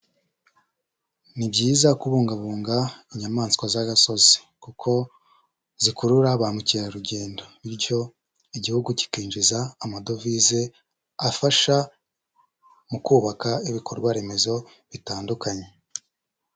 Ni byiza kubungabunga inyamaswa z'agasozi, kuko zikurura ba mukerarugendo. Bityo Igihugu kikinjiza amadovize afasha mu kubaka ibikorwaremezo bitandukanye.